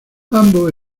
ambos